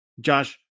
Josh